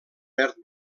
verd